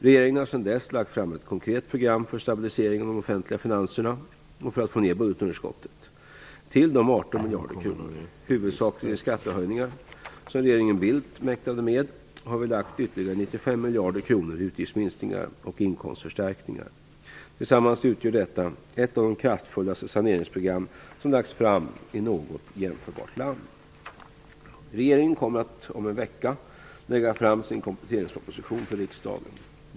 Regeringen har sedan dess lagt fram ett konkret program för stabilisering av de offentliga finanserna och för att få ner budgetunderskottet. Till de 18 miljarder kronor - huvudsakligen i skattehöjningar - som regeringen Bildt mäktade med har vi lagt ytterligare 95 miljarder kronor i utgiftsminskningar och inkomstförstärkningar. Tillsammans utgör detta ett av de kraftfullaste saneringsprogram som lagts fram i något jämförbart land. Regeringen kommer att om en vecka lägga fram sin kompletteringsproposition för riksdagen.